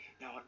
Now